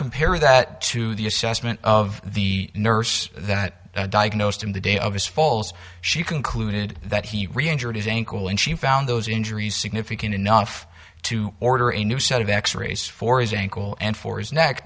compare that to the assessment of the nurse that diagnosed him the day of his falls she concluded that he reinjured you think when she found those injuries significant enough to order a new set of x rays for his ankle and for his neck